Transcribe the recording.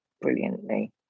brilliantly